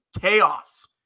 chaos